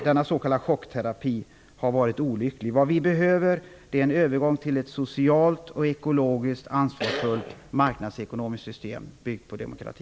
Denna chockterapi har varit olycklig. Vi behöver en övergång till ett socialt och ekologiskt ansvarsfullt marknadsekonomiskt system byggt på demokrati.